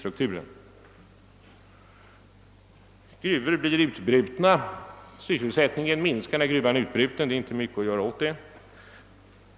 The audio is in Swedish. När gruvor blir slutbrutna minskar sysselsättningen — det är inte mycket att göra åt det.